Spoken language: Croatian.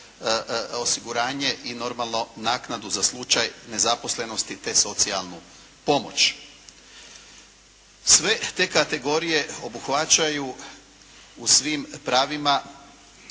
osiguranje i normalno naknadu za slučaj nezaposlenosti, te socijalnu pomoć. Sve te kategorije obuhvaćaju u svim pravima